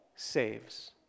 saves